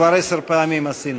כבר עשר פעמים עשינו.